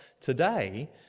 today